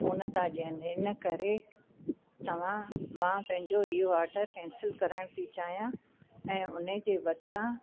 कोन था ॾियनि इनकरे तव्हां मां पंहिंजो इहो ऑडर कैंसिल कराइण थी चाहियां हुनजे बदिरां